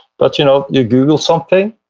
but you know you google something,